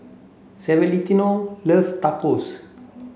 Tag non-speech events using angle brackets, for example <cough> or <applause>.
<unintelligible> loves Tacos